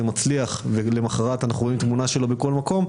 מצליח ולמוחרת רואים תמונה שלו בכל מקום,